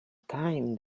time